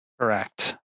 Correct